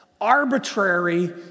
arbitrary